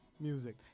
music